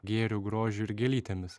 gėriu grožiu ir gėlytėmis